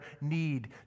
need